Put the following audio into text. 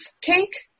cake